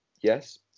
Yes